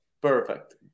perfect